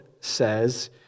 says